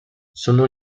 sono